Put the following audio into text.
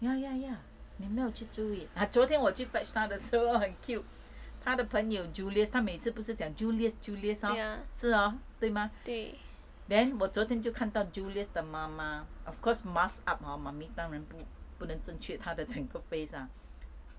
ya ya ya 你没有去注意 ah 昨天我去 fetch 她的时候很 cute 她的朋友 julius 她每次不是讲 julius julius hor 是 hor 对吗 then 我昨天就看到 julius 的妈妈 of course mask up mummy 当然不不能正确她的整个 face lah